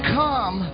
come